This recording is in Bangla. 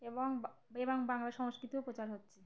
এবং এবং বাংলা সংস্কৃতিও প্রচার হচ্ছে